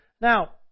Now